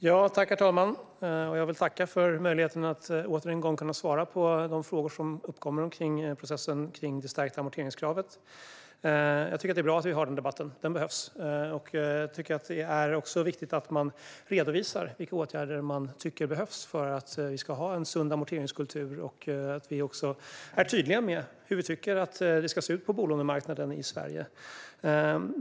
Herr talman! Jag vill tacka för möjligheten att åter en gång svara på de frågor som uppkommer om processen kring det stärkta amorteringskravet. Jag tycker att det är bra att vi har den debatten; den behövs. Det är också viktigt att vi redovisar vilka åtgärder vi tycker behövs för att vi ska ha en sund amorteringskultur och att vi är tydliga med hur vi tycker att det ska se ut på bolånemarknaden i Sverige.